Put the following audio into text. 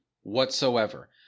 whatsoever